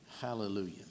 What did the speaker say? Hallelujah